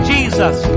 Jesus